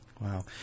Wow